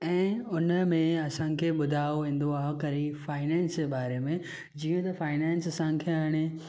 ऐं उनमें असांखे ॿुधायो वेन्दो आहे क़रीब फाइनेंस जे ॿारे में जीअं त फाइनेंस हाणे असांखे